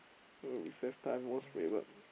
uh recess time most favourite